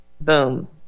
boom